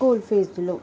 school ఫీజులు